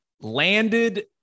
Landed